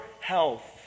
health